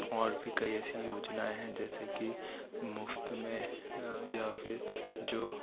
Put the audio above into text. और भी कई ऐसी योजनाएं हैं जैसे कि मुफ़्त में या फिर जो